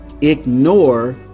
ignore